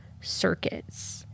circuits